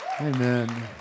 Amen